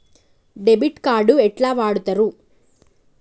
Debit card ఎట్లా వాడుతరు?